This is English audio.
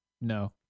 No